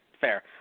fair